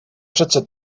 přece